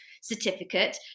certificate